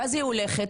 היא הולכת,